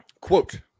quote